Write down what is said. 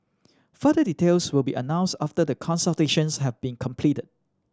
further details will be announced after the consultations have been completed